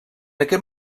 aquest